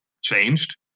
changed